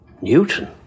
Newton